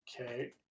Okay